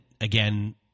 again